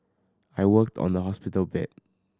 I worked on the hospital bed